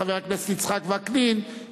חבר הכנסת יצחק וקנין,